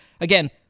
again